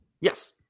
Yes